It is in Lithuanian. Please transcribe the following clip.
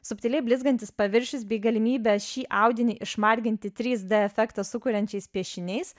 subtiliai blizgantis paviršius bei galimybės šį audinį išmarginti trys d efektą sukuriančiais piešiniais